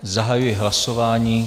Zahajuji hlasování.